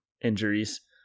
injuries